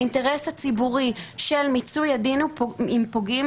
האינטרס הציבורי של מיצוי הדין עם פוגעים,